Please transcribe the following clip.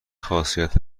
خاصیت